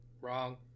Wrong